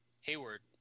Hayward